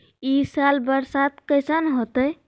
ई साल बरसात कैसन होतय?